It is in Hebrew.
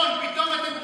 פתאום אתם בוכים,